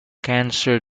cancer